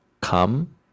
come